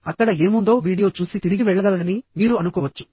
అక్కడ ఏముందో నేను వీడియో చూసి తిరిగి వెళ్ళగలనని మీరు అనుకోవచ్చు